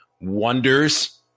wonders